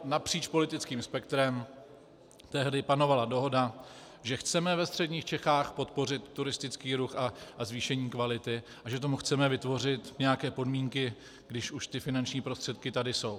Napříč politickým spektrem tehdy panovala dohoda, že chceme ve středních Čechách podpořit turistický ruch a zvýšení kvality a že tomu chceme vytvořit nějaké podmínky, když už ty finanční prostředky tady jsou.